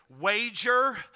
Wager